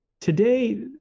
today